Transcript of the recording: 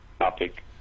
topic